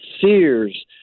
Sears